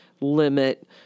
limit